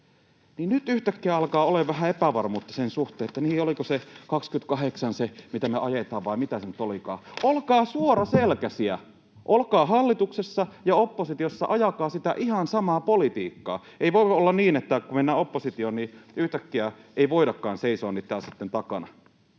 nyt yhtäkkiä alkaa olemaan vähän epävarmuutta sen suhteen, että oliko se 28, mitä me ajetaan, vai mitä se nyt olikaan. Olkaa suoraselkäisiä. Olitte hallituksessa tai oppositiossa, ajakaa sitä ihan samaa politiikkaa. Ei voi olla niin, että kun mennään oppositioon, niin yhtäkkiä ei voidakaan seisoa niitten asioitten takana.